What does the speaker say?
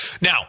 Now